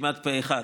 כמעט פה אחד,